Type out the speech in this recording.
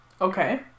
Okay